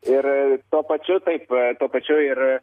ir tuo pačiu taip tuo pačiu ir